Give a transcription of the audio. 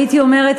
הייתי אומרת,